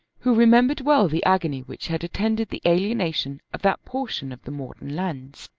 who remembered well the agony which had attended the alienation of that portion of the morton lands.